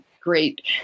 great